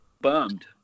bummed